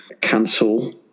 cancel